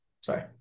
Sorry